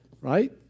Right